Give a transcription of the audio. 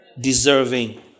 Deserving